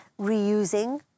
reusing